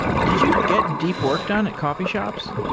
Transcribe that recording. did you get deep work done at coffee shops?